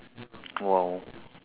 !wow!